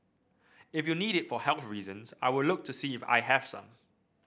if you need it for health reasons I will look to see if I have some